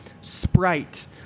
sprite